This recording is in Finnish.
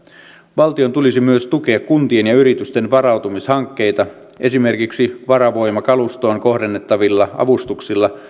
valtion tulisi myös tukea kuntien ja yritysten varautumishankkeita esimerkiksi varavoimakalustoon kohdennettavilla avustuksilla